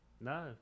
No